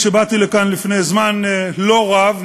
כשבאתי לכאן לפני זמן לא רב,